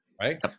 right